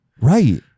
right